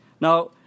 Now